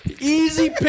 Easy